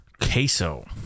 Queso